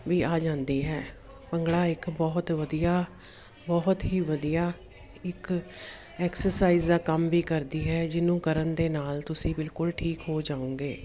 ਵੀ ਆ ਜਾਂਦੀ ਹੈ ਭੰਗੜਾ ਇੱਕ ਬਹੁਤ ਵਧੀਆ ਬਹੁਤ ਹੀ ਵਧੀਆ ਇੱਕ ਐਕਸਰਸਾਈਜ਼ ਦਾ ਕੰਮ ਵੀ ਕਰਦੀ ਹੈ ਜਿਹਨੂੰ ਕਰਨ ਦੇ ਨਾਲ ਤੁਸੀਂ ਬਿਲਕੁਲ ਠੀਕ ਹੋ ਜਾਓਂਗੇ